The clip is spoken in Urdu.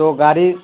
تو گاڑی